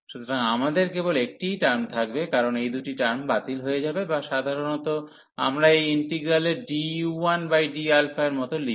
সুতরাং আমাদের কেবল একটিই টার্ম থাকবে কারণ এই দুটি টার্ম বাতিল হয়ে যাবে বা সাধারণত আমরা এই ইন্টিগ্রালের du1dα এর মতো লিখি